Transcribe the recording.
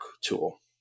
tool